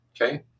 okay